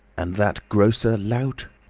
and that grocer lout?